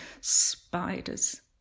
spiders